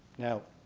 now